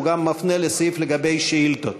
הוא גם מפנה לסעיף לגבי שאילתות.